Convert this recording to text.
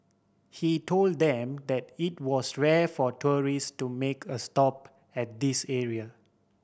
he told them that it was rare for tourist to make a stop at this area